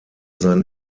sein